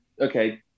okay